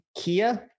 Kia